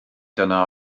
dyna